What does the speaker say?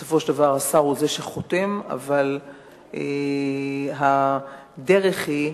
בסופו של דבר השר הוא זה שחותם, אבל הדרך היא,